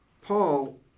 Paul